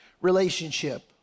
relationship